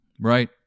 right